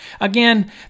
Again